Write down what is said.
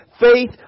Faith